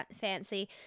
fancy